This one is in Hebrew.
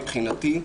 מבחינתי,